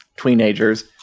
teenagers